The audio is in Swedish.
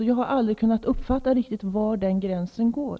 Men jag har aldrig riktigt kunnat uppfatta var den går.